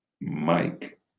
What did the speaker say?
mike